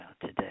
today